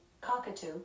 cockatoo